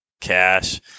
cash